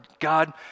God